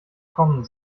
kommen